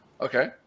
Okay